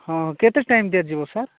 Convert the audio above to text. ହଁ କେତେ ଟାଇମ ଦିଆଯିବ ସାର୍